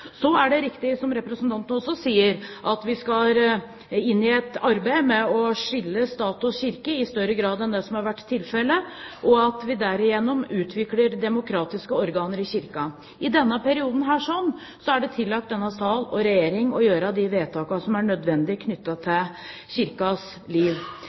Det er riktig, som representanten også sier, at vi skal inn i et arbeid med å skille stat og kirke i større grad enn det som har vært tilfellet, og at vi derigjennom utvikler demokratiske organer i Kirken. I denne perioden er det tillagt denne sal og denne regjering å gjøre de vedtakene som er nødvendige knyttet til Kirkens liv.